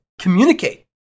communicate